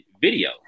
video